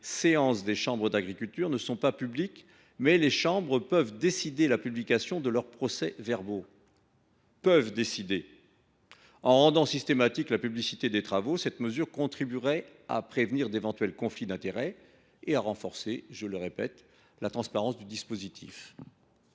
séances des chambres d’agriculture ne sont pas publiques, mais que les chambres peuvent décider la publication de leurs procès verbaux. En rendant systématique la publicité des travaux, l’adoption de cet amendement contribuerait à prévenir d’éventuels conflits d’intérêts et à renforcer la transparence du dispositif.